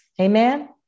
Amen